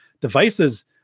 devices